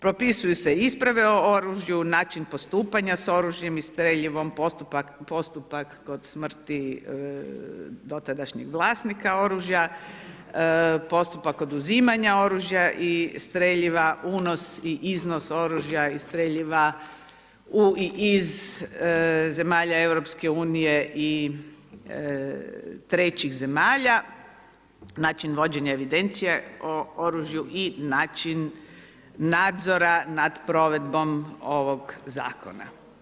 Propisuju se isprave o oružju, način postupanja s oružjem i streljivom, postupak kod smrti dotadašnjeg vlasnika oružja, postupak oduzimanja oružja i streljiva, unos i iznos oružja i streljiva u i iz zemalja Europske unije i trećih zemalja, način vođenja evidencija o oružju i način nadzora nad provedbom ovoga zakona.